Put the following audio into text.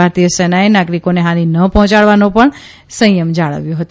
ભારતીય સેનાએ નાગરિકોને હાનિ ન પહોંચાડવાનો પણ સંયમ જાળવ્યો છે